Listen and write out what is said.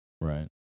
Right